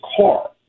car